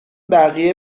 بقیه